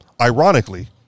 Ironically